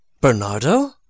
Bernardo